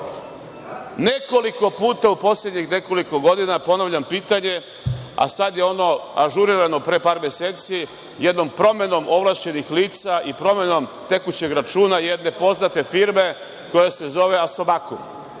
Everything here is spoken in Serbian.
puta u poslednjih nekoliko godina ponavljam pitanje, a sad je ono ažurirano pre par meseci jednom promenom ovlašćenih lica i promenom tekućeg računa jedne poznate firme koja se zove „Asomakum“.